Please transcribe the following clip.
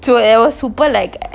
to else super like